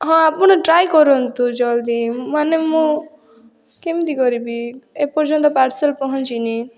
ହଁ ଆପଣ ଟ୍ରାଏ କରନ୍ତୁ ଜଲ୍ଦି ମାନେ ମୁଁ କେମିତି କରିବି ଏ ପର୍ଯ୍ୟନ୍ତ ପାର୍ସଲ୍ ପହଞ୍ଚିନି